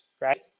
right